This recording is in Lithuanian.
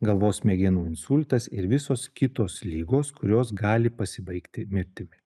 galvos smegenų insultas ir visos kitos ligos kurios gali pasibaigti mirtimi